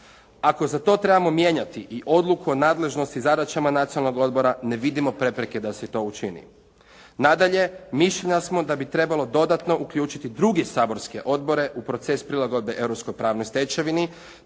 Ako za to trebamo mijenjati i odluku o nadležnosti zadaćama Nacionalnog odbora ne vidimo prepreke da se to učini. Nadalje, mišljenja smo da bi trebalo dodatno uključiti druge saborske odbore u proces prilagodbe europskoj